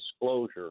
disclosure